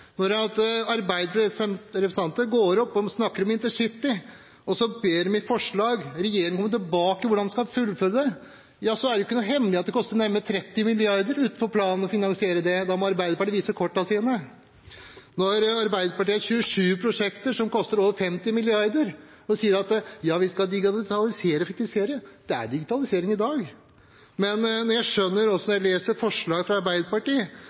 Når Arbeiderpartiets representanter går opp og snakker om intercity og ber i forslag regjeringen komme tilbake til hvordan man skal fullføre det, er det ikke noen hemmelighet at det vil koste nærmere 30 mrd. kr utenfor planen å finansiere det. Da må Arbeiderpartiet vise kortene sine. Når Arbeiderpartiet har 27 prosjekter som koster over 50 mrd. kr, og sier at de skal digitalisere og effektivisere: Det er digitalisering i dag. Men når jeg leser forslag fra Arbeiderpartiet,